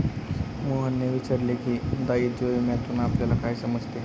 मोहनने विचारले की, दायित्व विम्यातून आपल्याला काय समजते?